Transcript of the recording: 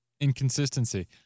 Inconsistency